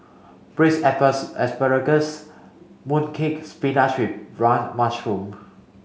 braised asparagus mooncake spinach wrong mushroom